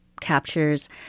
captures